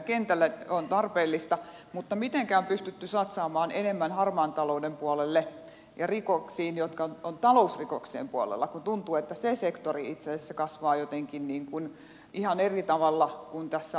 se on tarpeellista mutta mitenkä on pystytty satsaamaan enemmän harmaan talouden puolelle ja rikoksiin jotka ovat talousrikoksien puolella kun tuntuu että se sektori itse asiassa kasvaa jotenkin ihan eri tavalla kuin tässä aikaisempina vuosina